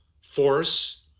force